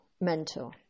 mentor